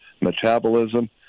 metabolism